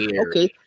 okay